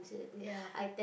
ya